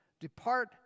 Depart